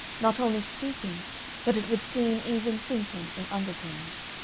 not only speaking but it would seem even thinking in undertones.